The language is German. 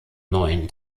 neuen